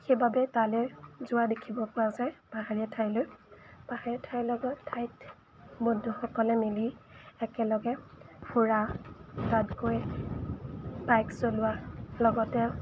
সেইবাবে তালৈ যোৱা দেখিব পোৱা যায় পাহাৰীয়া ঠাইলৈ পাহাৰীয়া ঠাইৰ লগত ঠাইত বন্ধুসকলে মিলি একেলগে ফুৰা তাত গৈ বাইক চলোৱা লগতে